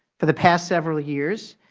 for the past several years,